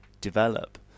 develop